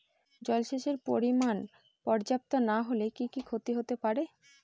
জলসেচের পরিমাণ পর্যাপ্ত না হলে কি কি ক্ষতি হতে পারে?